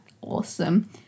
Awesome